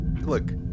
Look